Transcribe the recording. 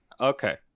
Okay